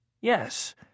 Yes